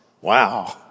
Wow